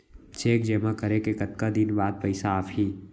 Cheque जेमा करें के कतका दिन बाद पइसा आप ही?